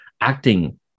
acting